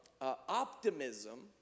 optimism